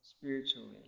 spiritually